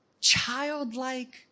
childlike